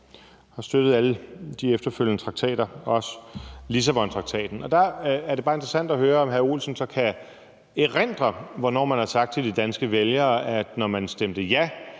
og støttede alle de efterfølgende traktater og også Lissabontraktaten. Der er det bare interessant at høre, om hr. Mads Olsen så kan erindre, hvornår man har sagt til de danske vælgere, at når man stemte ja